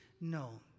No